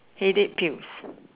headache pills